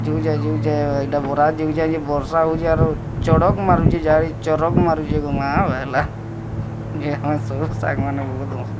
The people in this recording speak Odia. ଯୁଉଛେ ଯୁଉଛେ ଏଇଟା ବରାତ ଯୁଉଛେ ଆଜି ବର୍ଷା ହଉଛେ ଆରୁ ଚଡ଼କ ମାରୁଛି ଚରକ ମାରୁଛି ଗୋ ମା ବୋଇଲା ଯେ ଆମେ ସବୁ ସାଙ୍ଗମାନେ ବହୁତ